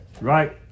Right